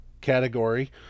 category